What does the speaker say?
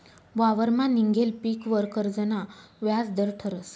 वावरमा निंघेल पीकवर कर्जना व्याज दर ठरस